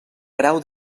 grau